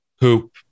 hoop